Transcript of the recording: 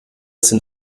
sind